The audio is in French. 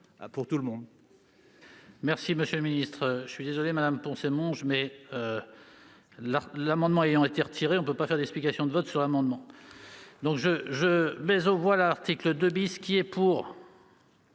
pour tout le monde.